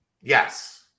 Yes